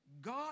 God